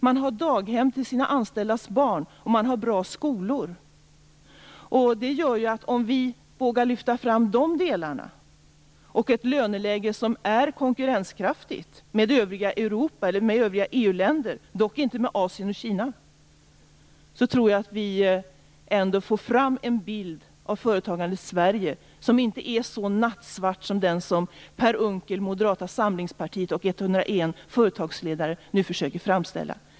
Man har daghem till sina anställdas barn och man har bra skolor. Om vi vågar lyfta fram de delarna och har ett löneläge som är konkurrenskraftigt jämfört med övriga EU länder - dock inte med Asien och Kina - tror jag att vi ändå får fram en bild av företagandets Sverige som inte är så nattsvart som den som Per Unckel, Moderata samlingspartiet och 101 företagsledare nu försöker framställa.